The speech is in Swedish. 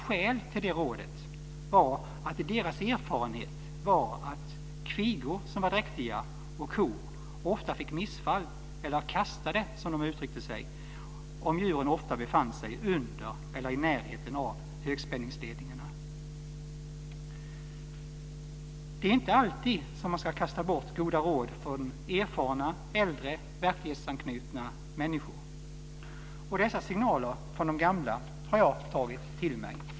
Skälet till det rådet var att deras erfarenhet var att kvigor som var dräktiga och även kor ofta fick missfall eller kastade, som det uttrycktes, om djuren ofta befann sig under eller i närheten av högspänningsledningarna. Det är inte alltid som man ska kasta bort goda råd från erfarna äldre verklighetsanknutna människor. Dessa signaler från de gamla har jag tagit till mig.